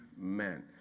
Amen